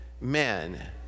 men